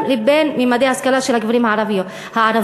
לבין ממדי ההשכלה של הגברים הערבים.